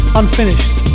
unfinished